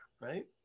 right